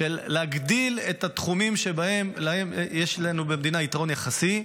להגדיל את התחומים שבהם יש לנו במדינה יתרון יחסי,